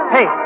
Hey